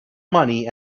money